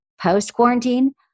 post-quarantine